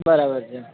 બરાબર છે